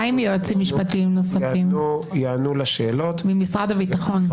מה עם יועצים משפטיים נוספים ממשרד הביטחון?